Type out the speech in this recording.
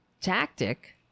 tactic